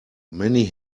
many